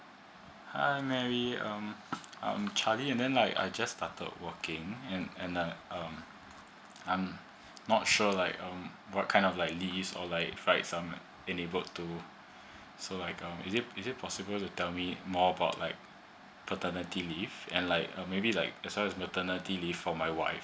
hi mary um I'm charlie and then like I just started working and and um um I'm not sure like um what kind of like leave or like for example and its work to so like um is it is it possible to tell me more about like paternity leave and like a maybe like maternity leave for my wife